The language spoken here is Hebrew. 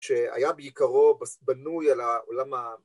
שהיה בעיקרו בנוי על העולם ה…